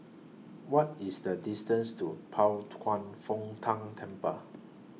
What IS The distance to Pao Kwan Foh Tang Temple